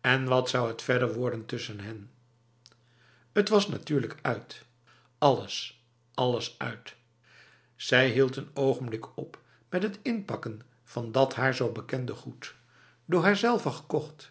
en wat zou het verder worden tussen hen het was natuurlijk uit alles alles uit zij hield een ogenblik op met het inpakken van dat haar zo bekende goed door haarzelve gekocht